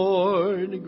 Lord